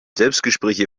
selbstgespräche